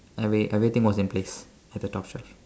every~ everything was in place at the top shelf